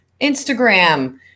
Instagram